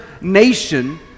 nation